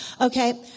Okay